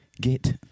get